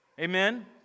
Amen